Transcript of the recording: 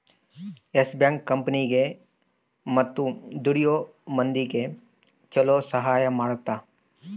S Bank ಕಂಪನಿಗೇ ಮತ್ತ ದುಡಿಯೋ ಮಂದಿಗ ಚೊಲೊ ಸಹಾಯ ಮಾಡುತ್ತ